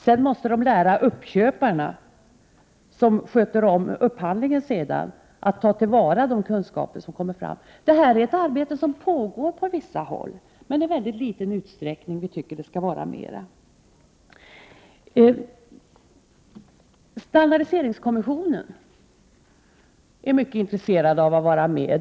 Sedan måste de lära uppköparna som sköter om upphandlingen att ta till vara de kunskaper som kommer fram. Det är ett arbete som pågår på vissa håll, men i mycket liten utsträckning. Vi tycker att det skulle vara mera. Standardiseringskommissionen är mycket intresserad av att vara med.